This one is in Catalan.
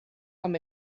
com